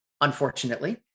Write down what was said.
unfortunately